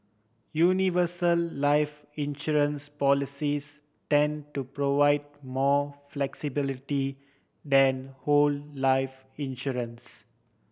universal life insurance policies tend to provide more flexibility than whole life insurance